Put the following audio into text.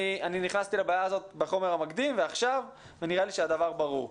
אני נכנסתי לבעיה הזאת בחומר המקדים ועכשיו נראה לי שהדבר ברור.